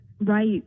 right